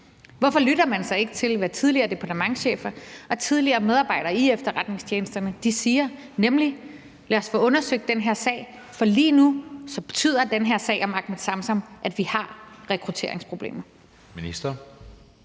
hvorfor lytter man så ikke til, hvad tidligere departementschefer og tidligere medarbejdere i efterretningstjenesterne siger, nemlig at lad os få undersøgt den her sag? For lige nu betyder den her sag om Ahmed Samsam, at vi har rekrutteringsproblemer.